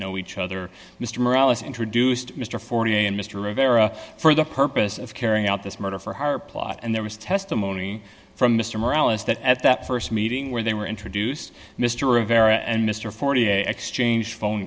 know each other mr morality introduced mr forty and mr rivera for the purpose of carrying out this murder for hire plot and there was testimony from mr morale is that at that st meeting where they were introduced mr rivera and mr forty a exchanged phone